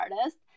artist